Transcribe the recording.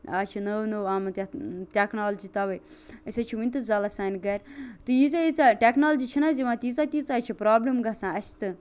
آز چھِ نٔو نٔو آمت یتھ ٹیٚکنالجی توے أسۍ حظ چھِ ونتہٕ زالان سانی گَرٕ تہٕ ییٖژاہ ییٖژاہ ٹیٚکنالجی چھ نہ حظ یِوان تۭژاہ تۭژاہ چھ پرابلم گَژھان اَسہِ تہ